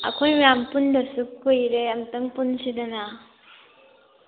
ꯑꯩꯈꯣꯏ ꯃꯌꯥꯝ ꯄꯨꯟꯗꯕꯁꯨ ꯀꯨꯏꯔꯦ ꯑꯝꯇꯪ ꯄꯨꯟꯁꯤꯗꯅ